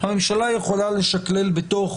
הממשלה יכולה לשקלל בתוך